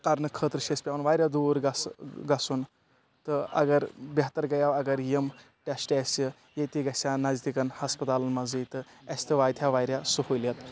کَرنہٕ خٲطرٕ چھِ اَسِہ پٮ۪وان واریاہ دوٗر گژھِ گژھُن تہٕ اگر بہتر گٔیے اگر یِم ٹٮ۪سٹ اَسِہ ییٚتی گژھِ ہا نزدیٖکی ہَسپَتالَن منٛزٕے تہٕ اَسِہ تہِ واتہِ ہا واریاہ سہوٗلیت